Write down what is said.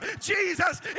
jesus